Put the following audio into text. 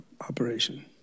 operation